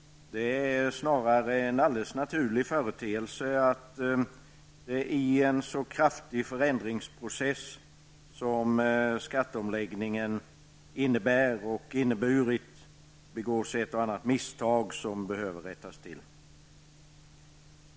Det är snarare en alldeles naturlig företeelse att det i en så kraftig förändringsprocess som den som skatteomläggningen innebär och inneburit begås ett och annat misstag som behöver rättas till.